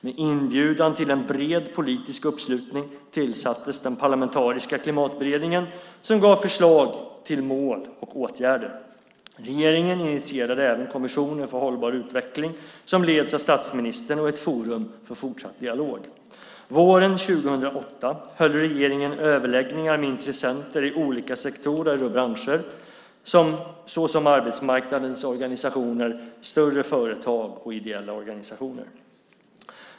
Med inbjudan till en bred politisk uppslutning tillsattes den parlamentariska klimatberedningen som gav förslag till mål och åtgärder. Regeringen initierade även Kommissionen för hållbar utveckling som leds av statsministern och är ett forum för fortsatt dialog. Våren 2008 höll regeringen överläggningar med intressenter i olika sektorer och branscher, såsom arbetsmarknadens organisationer, större företag och ideella organisationer.